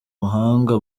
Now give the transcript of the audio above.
mahanga